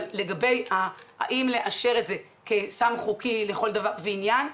אבל לגבי אם לאשר את זה כסם חוקי לכל דבר ועניין,